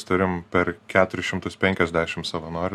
turim per keturis šimtus penkiasdešim savanorių